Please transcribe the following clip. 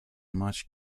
much